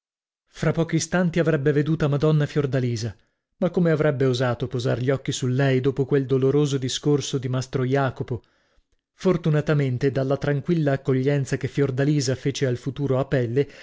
fra pochi istanti avrebbe veduta madonna fiordalisa ma come avrebbe osato posar gli occhi su lei dopo quel doloroso discorso di mastro jacopo fortunatamente dalla tranquilla accoglienza che fiordalisa fece al futuro apelle